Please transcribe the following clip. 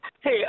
Hey